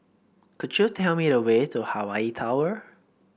could you tell me the way to Hawaii Tower